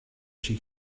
she